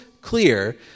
clear